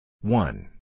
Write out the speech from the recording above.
One